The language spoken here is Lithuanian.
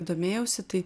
domėjausi tai